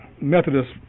Methodist